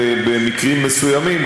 במקרים מסוימים,